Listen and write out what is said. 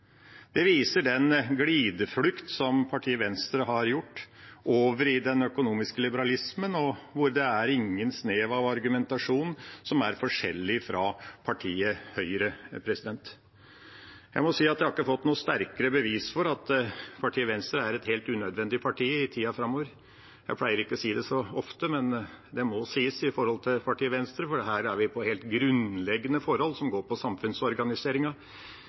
Det viser den glideflukt som partiet Venstre har hatt over i den økonomiske liberalismen, og hvor det ikke er noe snev av argumentasjon som er forskjellig fra partiet Høyre. Jeg må si at jeg ikke har fått noe sterkere bevis for at partiet Venstre er et helt unødvendig parti i tida framover. Jeg pleier ikke å si det så ofte, men det må sies når det gjelder partiet Venstre, for her er vi inne på helt grunnleggende forhold som går på